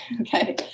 okay